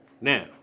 Now